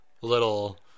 little